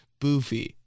Boofy